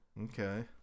Okay